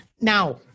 now